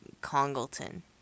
Congleton